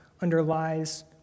underlies